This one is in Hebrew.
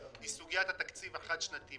היא סוגיית התקציב החד-שנתי.